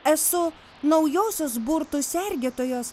esu naujosios burtų sergėtojos